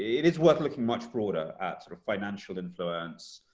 it is worth looking much broader at, sort of, financial influence,